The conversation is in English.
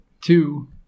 Two